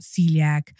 celiac